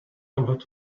about